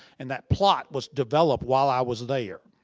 and that plot was developed while i was there.